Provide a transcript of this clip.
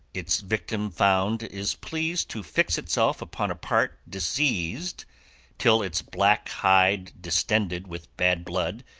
its victim found, is pleased to fix itself upon a part diseased till, its black hide distended with bad blood,